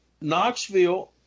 Knoxville